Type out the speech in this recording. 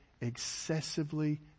excessively